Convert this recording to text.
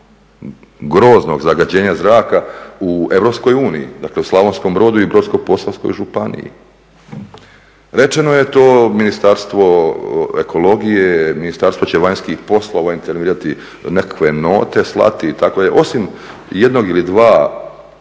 groznog zagađenja zraka u EU, dakle u Slavonskom Brodu i Brodsko-posavskoj županiji. Rečeno je to Ministarstvo ekologije, Ministarstvo će vanjskih poslova intervenirati, nekakve note slati, dakle osim jednog ili dva člana